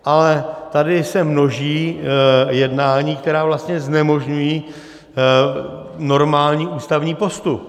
Ale tady se množí jednání, která vlastně znemožňují normální ústavní postup.